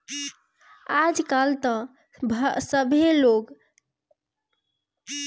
आजकल त सभे लोग एकरा के बड़ा मन से खात बा